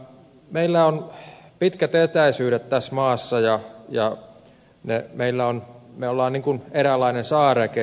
meillä on pitkät etäisyydet tässä maassa ja me olemme eräänlainen saareke